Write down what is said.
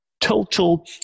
total